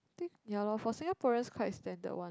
think ya loh for Singaporeans quite standard one